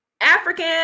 African